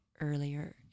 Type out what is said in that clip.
earlier